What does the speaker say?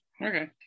Okay